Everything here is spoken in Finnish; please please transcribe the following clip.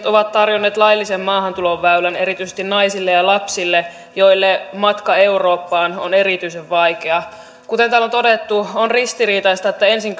ovat tarjonneet laillisen maahantuloväylän erityisesti naisille ja lapsille joille matka eurooppaan on erityisen vaikea kuten täällä on todettu on ristiriitaista että ensin